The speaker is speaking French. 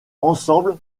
ensemble